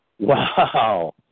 Wow